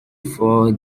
for